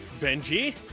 Benji